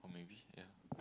or maybe yeah